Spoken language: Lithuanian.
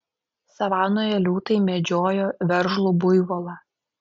savanoje liūtai medžiojo veržlų buivolą